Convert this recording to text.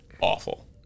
awful